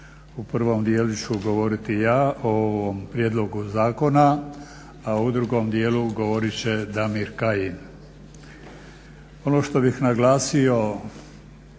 U prvom dijelu ću govoriti ja o ovom prijedlogu zakona a u drugom djelu govorit će Damir Kajin. Ono što bih naglasio,